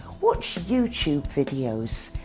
watch youtube videos.